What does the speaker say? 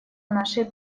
нашей